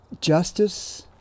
justice